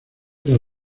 tras